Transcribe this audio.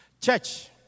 Church